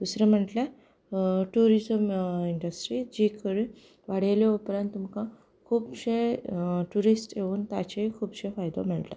दुसरे म्हटल्या tourism industry जी करून वाडयली उपरांत तुमकां खुबशे ट्युरिस्ट येवन ताचेय खुबसो फायदो मेळटा